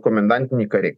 komendantiniai kariai